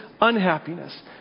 unhappiness